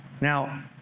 Now